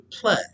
play